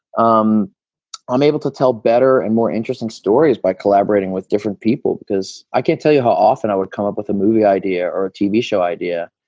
um i'm able to tell better and more interesting stories by collaborating with different people, because i can't tell you how often i would come up with a movie idea or a tv show idea.